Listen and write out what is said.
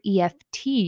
EFT